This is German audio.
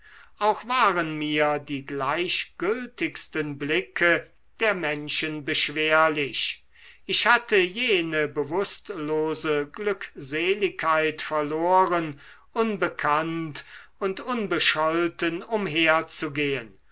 auch waren mir die gleichgültigsten blicke der menschen beschwerlich ich hatte jene bewußtlose glückseligkeit verloren unbekannt und unbescholten umherzugehen